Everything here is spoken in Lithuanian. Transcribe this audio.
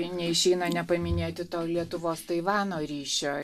neišeina nepaminėti to lietuvos taivano ryšio